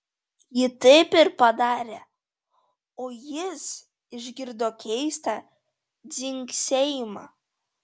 ji taip ir padarė o jis išgirdo keistą dzingsėjimą